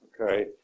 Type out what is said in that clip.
okay